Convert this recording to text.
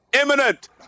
imminent